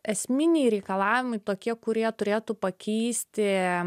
esminiai reikalavimai tokie kurie turėtų pakeisti